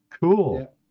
Cool